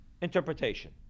interpretation